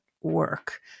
work